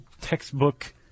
textbook